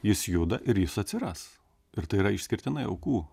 jis juda ir jis atsiras ir tai yra išskirtinai aukų